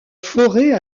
forêt